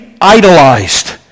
idolized